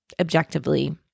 objectively